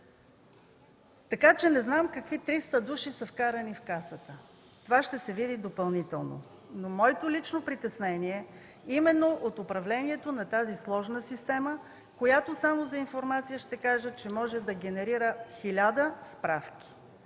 Така че не знам какви 300 души са вкарани в Касата. Това ще се види допълнително. Моето лично притеснение е именно от управлението на тази сложна система, която, ще кажа само за информация, може да генерира хиляда справки.